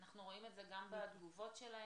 אנחנו רואים את זה גם בתגובות שלהם,